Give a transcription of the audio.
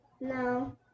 No